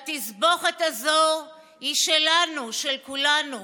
והתסבוכת הזו היא שלנו, של כולנו,